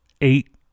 eight